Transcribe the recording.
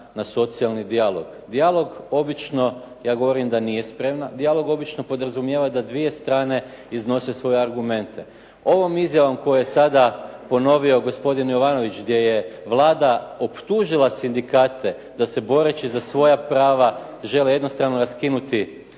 na socijalni dijalog. Dijalog obično, ja govorim da nije spreman. Dijalog obično podrazumijeva da dvije strane iznose svoje argumente. Ovom izjavom kojom je sada ponovio gospodin Jovanović gdje je Vlada optužila sindikate da se boreći za svoja prava žele jednostrano raskinuti